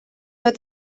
but